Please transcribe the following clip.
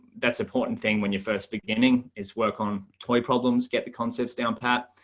that's important thing when you're first beginning is work on toy problems, get the concepts down, pat.